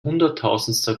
hunderttausendster